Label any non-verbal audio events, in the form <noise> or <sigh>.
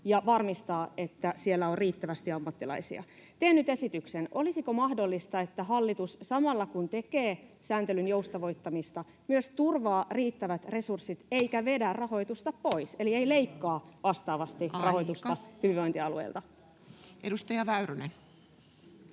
ja varmistaa, että siellä on riittävästi ammattilaisia. Teen nyt esityksen: olisiko mahdollista, että hallitus, samalla kun tekee sääntelyn joustavoittamista, myös turvaa riittävät resurssit <noise> eikä vedä rahoitusta pois <noise> eli ei leikkaa vastaavasti rahoitusta [Puhemies: Aika!] hyvinvointialueilta? Edustaja Väyrynen.